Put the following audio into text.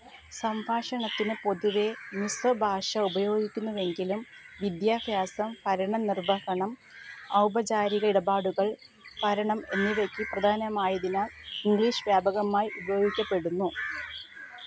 സംഭാഷണത്തിന് പൊതുവേ മിസൊ ഭാഷ ഉപയോഗിക്കുന്നുവെങ്കിലും വിദ്യാഭ്യാസം ഭരണനിർവഹണം ഔപചാരിക ഇടപാടുകള് ഭരണം എന്നിവയ്ക്കു പ്രധാനമായതിനാല് ഇംഗ്ലീഷ് വ്യാപകമായി ഉപയോഗിക്കപ്പെടുന്നു